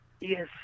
Yes